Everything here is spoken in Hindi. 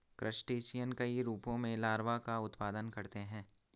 क्रस्टेशियन कई रूपों में लार्वा का उत्पादन करते हैं